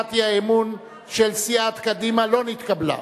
הצעת האי-אמון של סיעת קדימה לא נתקבלה.